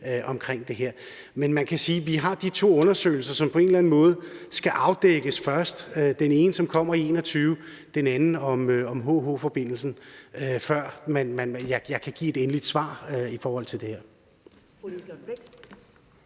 at vi har de to undersøgelser, som på en eller anden måde skal afdækkes først. Den ene kommer i 2021, og den anden er om HH-forbindelsen, og de skal komme, før jeg kan give et endeligt svar i forhold til det her.